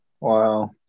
Wow